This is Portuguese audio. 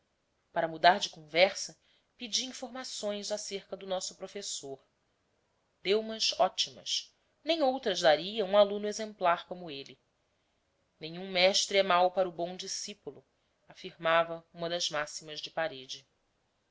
para mudar de conversa pedi informações acerca do nosso professor deu mas ótimas nem outras daria um aluno exemplar como ele nenhum mestre é mau para o bom discípulo afirmava uma das máximas da parede